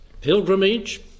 pilgrimage